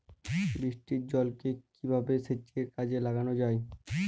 বৃষ্টির জলকে কিভাবে সেচের কাজে লাগানো য়ায়?